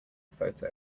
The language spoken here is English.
photo